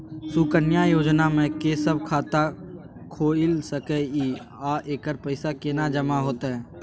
सुकन्या योजना म के सब खाता खोइल सके इ आ एकर पैसा केना जमा होतै?